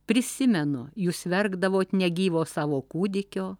prisimenu jūs verkdavot negyvo savo kūdikio